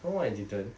no I didn't